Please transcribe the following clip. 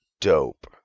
dope